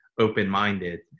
open-minded